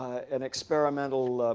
an experimental